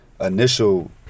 initial